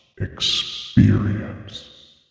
experience